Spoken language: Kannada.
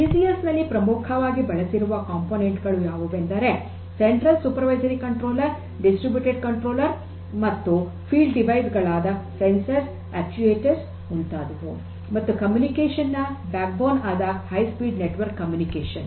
ಡಿಸಿಎಸ್ ನಲ್ಲಿ ಪ್ರಮುಖವಾಗಿ ಬಳಸಿರುವ ಘಟಕಗಳು ಯಾವುವೆಂದರೆ central supervisory controller distributed controller ಹಾಗು ಫೀಲ್ಡ್ ಡಿವೈಸ್ ಗಳಾದ ಸಂವೇದಕಗಳು ಅಕ್ಟುಯೆಟರ್ ಮುಂತಾದುವು ಮತ್ತು ಕಮ್ಯುನಿಕೇಷನ್ ನ ಬೆನ್ನೆಲುಬು ಆದ ಹೈ ಸ್ಪೀಡ್ ನೆಟ್ವರ್ಕ್ ಕಮ್ಯುನಿಕೇಷನ್